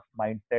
mindset